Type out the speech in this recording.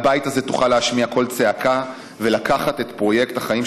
מהבית הזה תוכל להשמיע קול צעקה ולקחת את פרויקט החיים